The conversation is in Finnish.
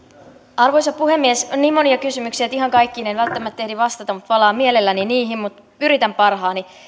arvoisa puhemies on niin monia kysymyksiä että ihan kaikkiin en välttämättä ehdi vastata mutta palaan mielelläni niihin yritän parhaani